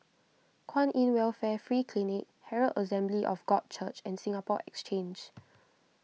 Kwan in Welfare Free Clinic Herald Assembly of God Church and Singapore Exchange